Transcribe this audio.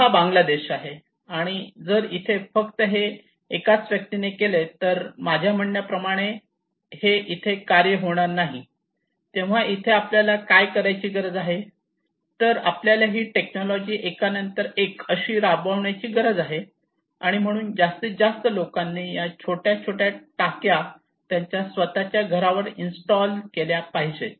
आता हा बांगलादेश आहे आणि जर इथे फक्त हे एकाच व्यक्तीने केले तर माझ्या म्हणण्याप्रमाणे हे इथे कार्य होणार नाही तेव्हा इथे आपल्याला काय करायची गरज आहे तर आपल्याला ही टेक्नॉलॉजी एकानंतर एक अशी राबवण्याची गरज आहे आणि म्हणून जास्तीत जास्त लोकांनी या छोट्या टाक्या त्यांच्या स्वतःच्या घरावर इन्स्टॉल केल्या पाहिजेत